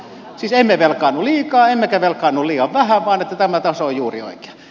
siis emme velkaannu liikaa emmekä liian vähän vaan tämä taso on juuri oikea